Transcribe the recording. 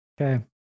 Okay